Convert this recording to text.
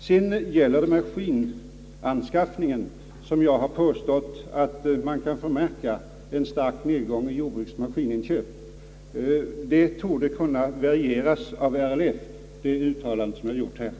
Sedan gäller det maskinanskaffningen, där jag har påstått att man kan förmärka en stark nedgång i inköp av jordbruksmaskiner. Mitt uttalande på denna punkt torde kunna verifieras av RLF.